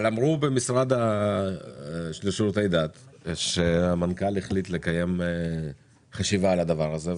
אבל אמרו במשרד לשירותי דת שהמנכ"ל החליט לקיים חשיבה על הדבר הזה.